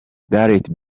gareth